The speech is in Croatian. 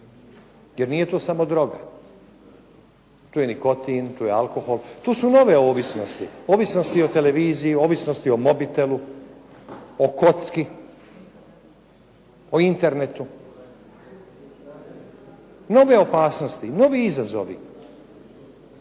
jer nije to samo droga, tu je nikotin, tu je alkohol, tu su nove ovisnosti, ovisnosti o televiziji, ovisnosti o mobitelu, o kocki, o internetu. Nove opasnosti, novi izazovi.